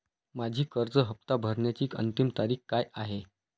माझी कर्ज हफ्ता भरण्याची अंतिम तारीख काय आहे?